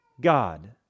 God